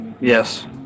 Yes